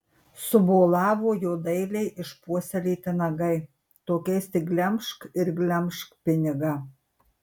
subolavo jo dailiai išpuoselėti nagai tokiais tik glemžk ir glemžk pinigą